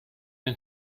den